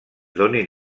donin